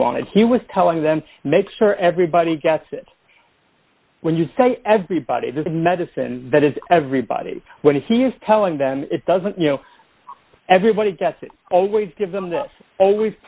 wanted he was telling them to make sure everybody gets it when you say everybody does medicine that is everybody when he is telling them it doesn't you know everybody gets it always give them this always